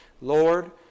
Lord